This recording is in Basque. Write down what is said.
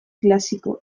klasiko